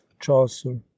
chaucer